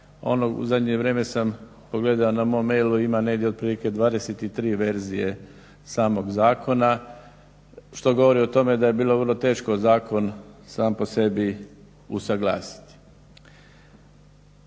u zadnje vrijeme sam pogledao na mom mailu ima negdje otprilike 23 verzije samog zakona. Što govorio o tome da je bilo vrlo teško zakon sam po sebi usuglasiti.